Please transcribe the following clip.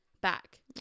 back